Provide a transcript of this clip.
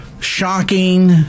shocking